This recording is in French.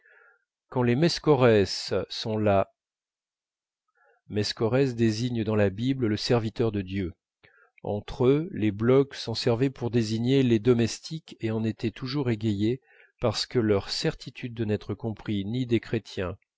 quand les meschorès sont là meschorès désigne dans la bible le serviteur de dieu entre eux les bloch s'en servaient pour désigner les domestiques et en étaient toujours égayés parce que leur certitude de n'être compris ni des chrétiens